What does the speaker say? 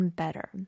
better